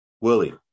Willie